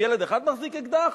שאם ילד אחד מחזיק אקדח,